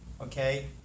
okay